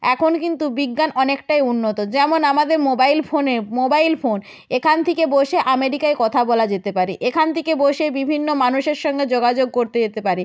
এখন কিন্তু বিজ্ঞান অনেকটাই উন্নত যেমন আমাদের মোবাইল ফোনে মোবাইল ফোন এখান থেকে বসে আমেরিকায় কথা বলা যেতে পারে এখান থেকে বসে বিভিন্ন মানুষের সঙ্গে যোগাযোগ করতে যেতে পারে